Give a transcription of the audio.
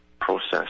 process